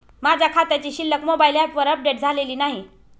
माझ्या खात्याची शिल्लक मोबाइल ॲपवर अपडेट झालेली नाही